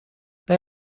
they